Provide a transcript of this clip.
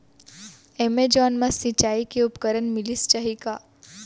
Amazon मा सिंचाई के उपकरण मिलिस जाही का?